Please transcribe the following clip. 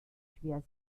schwer